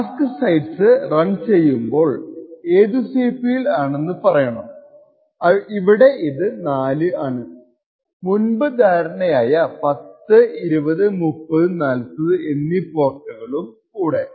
task sets run ചെയുമ്പോൾ ഏതു CPU ൽ ആണെന്ന് പറയണം ഇവിടെ ഇത് 4 ആണ് മുൻപ് ധാരണയായ 10 20 30 40 എന്നീ പോർട്ടുകളും കൂടെ